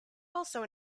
also